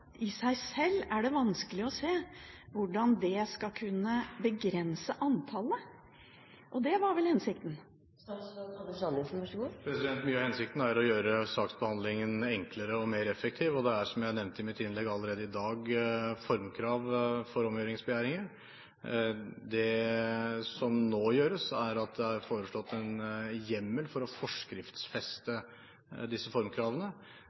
i seg sjøl skal kunne begrense antallet. Og det var vel hensikten? Mye av hensikten er å gjøre saksbehandlingen enklere og mer effektiv. Det er, som jeg nevnte i mitt innlegg, allerede i dag formkrav for omgjøringsbegjæringer. Det som nå skjer, er at det er foreslått en hjemmel for å forskriftsfeste disse formkravene.